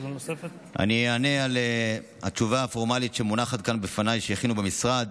אני אענה את התשובה הפורמלית שמונחת כאן בפניי שהכינו במשרד,